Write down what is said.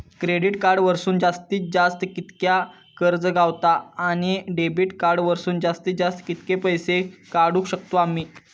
Credit card वरसून जास्तीत जास्त कितक्या कर्ज गावता, आणि डेबिट कार्ड वरसून जास्तीत जास्त कितके पैसे काढुक शकतू आम्ही?